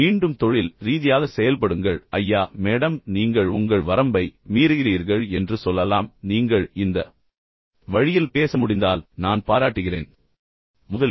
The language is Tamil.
மீண்டும் தொழில் ரீதியாக செயல்படுங்கள் ஐயா மேடம் நீங்கள் உங்கள் வரம்பை மீறுகிறீர்கள் என்று சொல்லலாம் நீங்கள் இந்த வழியில் பேச முடிந்தால் நான் பாராட்டுகிறேன் முதலியன